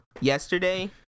yesterday